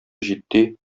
җитди